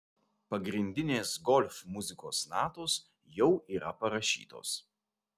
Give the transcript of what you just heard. pagrindinės golf muzikos natos jau yra parašytos